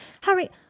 Harry